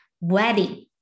wedding